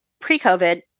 pre-COVID